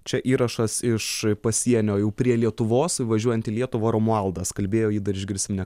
čia įrašas iš pasienio jau prie lietuvos įvažiuojant į lietuvą romualdas kalbėjo ji dar išgirsim ne